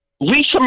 Lisa